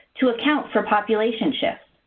to account for population shifts.